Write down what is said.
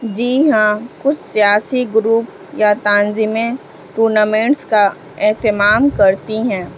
جی ہاں کچھ سیاسی گروپ یا تنظیمیں ٹورنامنٹس کا اہتمام کرتی ہیں